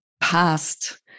past